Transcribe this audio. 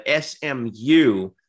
SMU